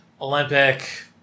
Olympic